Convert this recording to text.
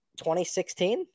2016